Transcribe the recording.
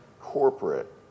corporate